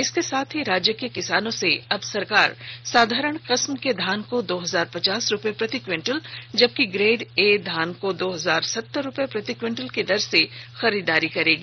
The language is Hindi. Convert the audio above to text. इसके साथ ही राज्य के किसानों से अब सरकार साधारण किस्म के धान को दो हजार पचास रुपये प्रति क्विंटल जबकि ग्रेड ए धान को दो हजार सत्तर रुपये प्रति क्विंटल की दर से खरीदारी करेगी